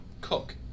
Cook